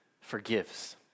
forgives